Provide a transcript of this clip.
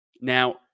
Now